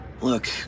Look